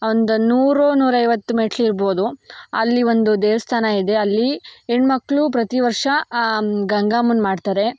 ಒಂದು ನೂರು ನೂರೈವತ್ತು ಮೆಟ್ಲು ಇರ್ಬೋದು ಅಲ್ಲಿ ಒಂದು ದೇವಸ್ಥಾನ ಇದೆ ಅಲ್ಲಿ ಹೆಣ್ಮಕ್ಳು ಪ್ರತಿವರ್ಷ ಗಂಗಮ್ಮನ ಮಾಡ್ತಾರೆ